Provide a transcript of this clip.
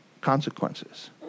consequences